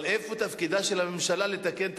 אבל איפה תפקידה של הממשלה לתקן את